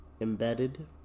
embedded